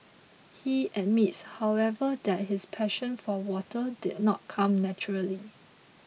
he admits however that his passion for water did not come naturally